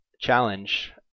challenge